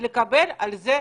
ולקבל על זה תשלום,